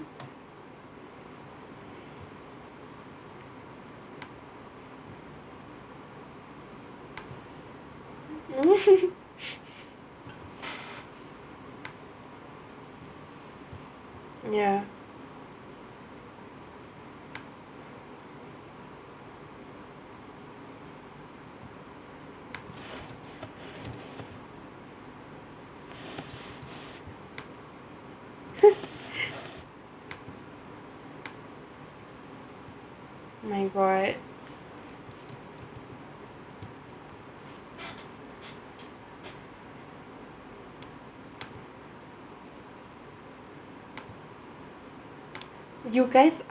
ya my god you guys